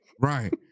Right